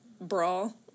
brawl